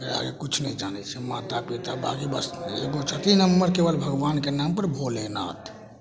एकर आगे किछु नहि जानै छियै माता पिता बाँकी बस एगो छथिन हमर केबल भगबानके नाम पर भोलेनाथ